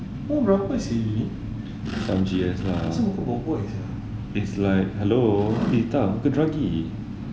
dia ni